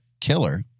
killer